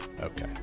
Okay